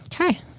Okay